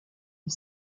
est